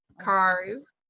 Cars